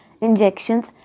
injections